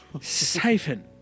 Siphon